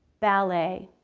ballet,